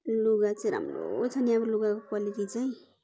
लुगा चाहिँ राम्रो छ नि अब लुगाको क्वालिटी चाहिँ